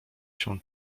się